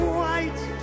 white